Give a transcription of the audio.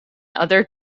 other